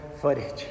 footage